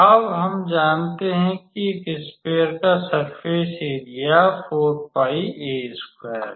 अब हम जानते हैं कि एक स्फेयर का सर्फ़ेस एरिया है